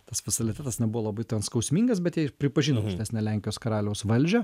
tas vasalitetas nebuvo labai ten skausmingas bet jie ir pripažino aukštesnę lenkijos karaliaus valdžią